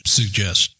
suggest